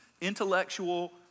intellectual